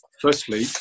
firstly